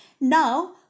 Now